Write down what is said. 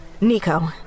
Nico